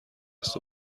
است